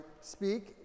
speak